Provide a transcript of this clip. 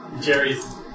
Jerry's